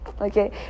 okay